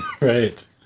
Right